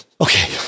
Okay